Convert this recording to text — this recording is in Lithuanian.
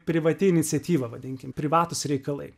privati iniciatyva vadinkim privatūs reikalai